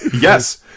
Yes